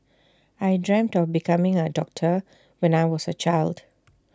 I dreamt of becoming A doctor when I was A child